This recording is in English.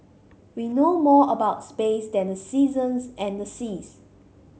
we know more about space than the seasons and the seas